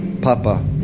Papa